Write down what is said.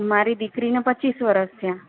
મારી દીકરીને પચીસ વરસ થયાં